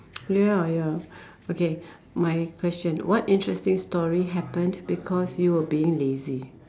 ya ya okay my question what interesting story happened because you were being lazy